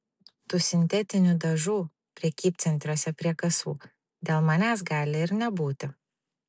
tų sintetinių dažų prekybcentriuose prie kasų dėl manęs gali ir nebūti